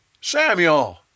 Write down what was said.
Samuel